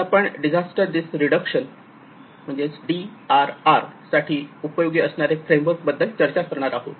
आज आपण disaster risk reduction D R R साठी उपयोगी असणारे फ्रेमवर्क बद्दल चर्चा करणार आहोत